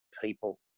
people